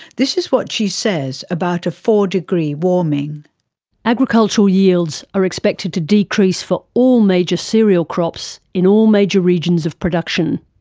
this is what she said about a four-degree warming reading agricultural yields are expected to decrease for all major cereal crops in all major regions of production.